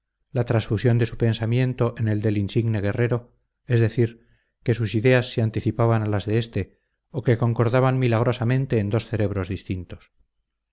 la transfusión de su pensamiento en el del insigne guerrero es decir que sus ideas se anticipaban a las de éste o que concordaban milagrosamente en dos cerebros distintos